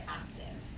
active